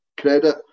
credit